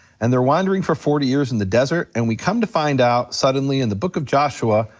and they're wandering for forty years in the desert, and we come to find out suddenly, in the book of joshua,